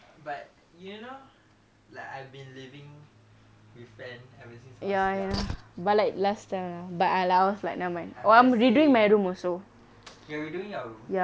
but you know like I've been living with fan I'm just saying you